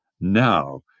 Now